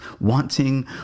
wanting